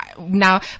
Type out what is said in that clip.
Now